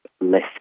less